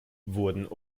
wurden